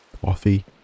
coffee